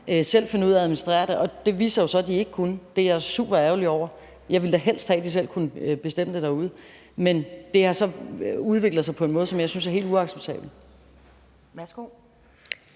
kunne finde ud af at administrere det. Det viste sig jo så at de ikke kunne. Det er jeg superærgerlig over. Jeg ville da helst have, at de selv kunne bestemme det derude, men det har så udviklet sig på en måde, som jeg synes er helt uacceptabel.